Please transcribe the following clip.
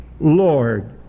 Lord